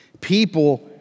People